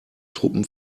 truppen